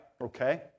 okay